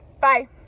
bye